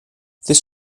this